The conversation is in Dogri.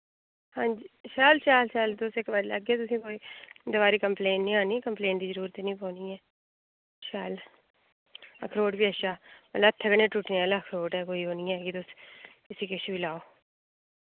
हांजी शैल शैल शैल तुस इक बारी लैगे तुसें गी कोई दोबारी कम्प्लेन निं आनी कम्प्लेन दी जरूरत ई निं पौनी ऐ शैल अखरोट बी अच्छा मतलब हत्थै कन्नै टुट्टने आह्ला अखरोट ऐ कोई एह् निं ऐ कि तुस इस्सी किश बी लाओ